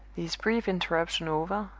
this brief interruption over,